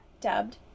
dubbed